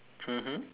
mmhmm